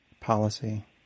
policy